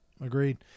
Agreed